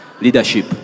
Leadership